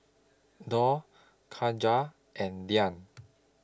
Daud Khadija and Dhia